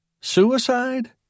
suicide